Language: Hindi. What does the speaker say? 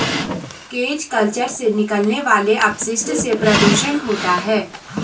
केज कल्चर से निकलने वाले अपशिष्ट से प्रदुषण होता है